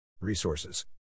Resources